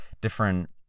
different